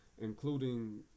including